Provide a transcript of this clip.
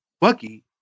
Bucky